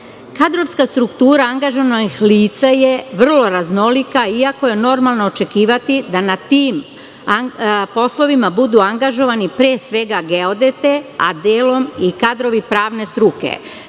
Kadrovska struktura angažovanih lica je vrlo raznolika, iako je normalno očekivati da na tim poslovima budu angažovani, pre svega geodete, a delom i kadrovi pravne